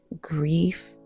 grief